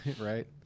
right